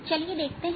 चलिए देखते हैं